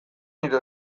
nire